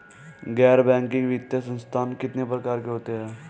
गैर बैंकिंग वित्तीय संस्थान कितने प्रकार के होते हैं?